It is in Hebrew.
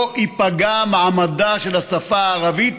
לא ייפגע מעמדה של השפה הערבית